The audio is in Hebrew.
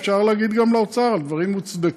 אפשר להגיד גם לאוצר על דברים מוצדקים: